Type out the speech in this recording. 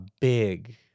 big